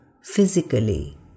physically